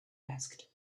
asked